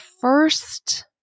first